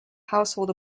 household